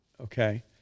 Okay